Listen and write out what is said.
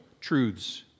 truths